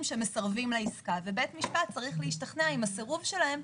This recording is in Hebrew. שמסרבים לעסקה ובית המשפט צריך להשתכנע אם הסירוב שלהם,